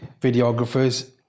videographers